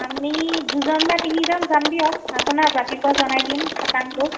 আমি দুজন বা তিনিজন যাম দিয়ক আপোনাক ৰাতিপুৱা জনাই দিম খাটাংটো